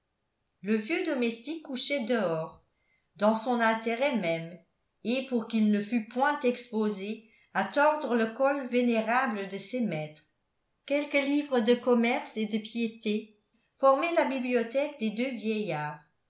le vieux domestique couchait dehors dans son intérêt même et pour qu'il ne fût point exposé à tordre le col vénérable de ses maîtres quelques livres de commerce et de piété formaient la bibliothèque des deux vieillards